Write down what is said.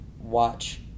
watch